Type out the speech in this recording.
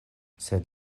sed